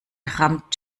rammt